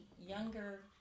younger